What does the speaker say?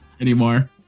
anymore